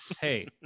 hey